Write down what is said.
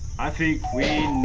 i think we